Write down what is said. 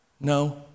No